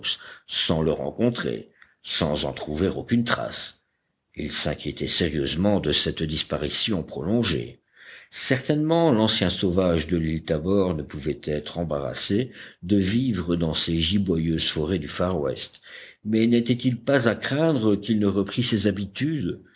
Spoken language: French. sans le rencontrer sans en trouver aucune trace ils s'inquiétaient sérieusement de cette disparition prolongée certainement l'ancien sauvage de l'île tabor ne pouvait être embarrassé de vivre dans ces giboyeuses forêts du far west mais n'était-il pas à craindre qu'il ne reprît ses habitudes